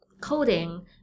coding